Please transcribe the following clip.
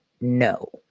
No